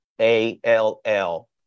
A-L-L